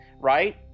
right